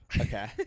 okay